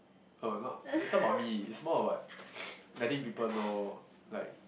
uh not it's not about me it's more about letting people know like